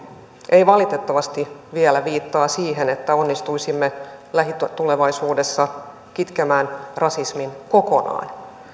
ei valitettavasti vielä viittaa siihen että onnistuisimme lähitulevaisuudessa kitkemään rasismin kokonaan